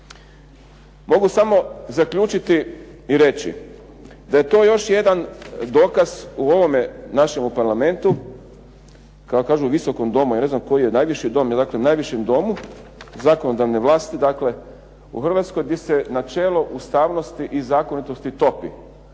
mogu samo zaključiti i reći da je to još jedan dokaz u ovome našemu parlamentu kako kažu u Visokom domu, ja ne znam koji je najviši dom, dakle, najvišem domu zakonodavne vlasti dakle, u Hrvatskoj bi se načelo ustavnosti i zakonitosti topi